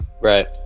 right